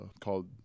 called